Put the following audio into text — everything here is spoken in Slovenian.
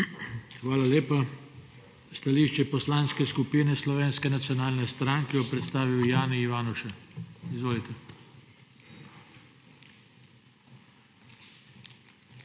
Hvala lepa. Stališče Poslanske skupine Slovenske nacionalne stranke bo predstavil Jani Ivanuša. Izvolite.